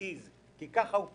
as is כי ככה הוא פורסם.